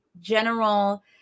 general